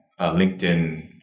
LinkedIn